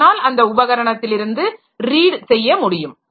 ஆனால் அந்த உபகரணத்தில் இருந்து ரீட் செய்ய முடியும்